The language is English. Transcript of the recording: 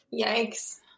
yikes